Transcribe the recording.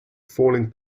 falling